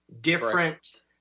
different